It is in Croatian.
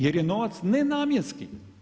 Jer je novac nenamjenski.